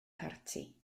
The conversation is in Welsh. parti